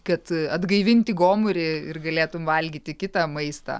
kad atgaivinti gomurį ir galėtum valgyti kitą maistą